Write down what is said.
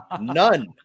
none